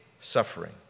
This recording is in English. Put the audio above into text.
suffering